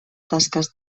tasques